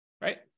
right